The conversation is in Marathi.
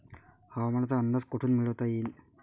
हवामानाचा अंदाज कोठून मिळवता येईन?